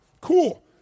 Cool